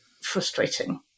frustrating